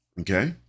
Okay